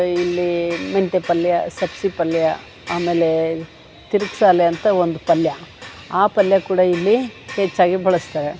ಇಲ್ಲಿ ಮೆಂತ್ಯ ಪಲ್ಯ ಸಬ್ಸಿಗೆ ಪಲ್ಯ ಆಮೇಲೆ ತಿರಕ್ಸಾಲೆ ಅಂತ ಒಂದು ಪಲ್ಯ ಆ ಪಲ್ಯ ಕೂಡ ಇಲ್ಲಿ ಹೆಚ್ಚಾಗಿ ಬಳಸ್ತಾರೆ